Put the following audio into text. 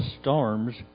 storms